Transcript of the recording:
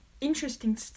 interesting